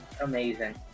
amazing